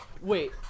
Wait